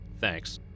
Thanks